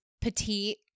petite